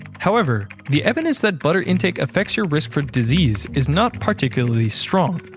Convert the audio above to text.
however, the evidence that butter intake affects your risk for disease is not particularly strong.